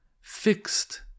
fixed